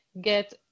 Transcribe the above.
get